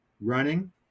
running